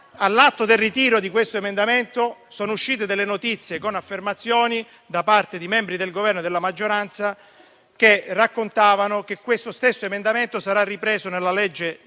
all'atto del ritiro di questo emendamento sono uscite delle notizie con affermazioni, da parte di membri del Governo e della maggioranza, secondo cui questo stesso emendamento sarà ripreso nella legge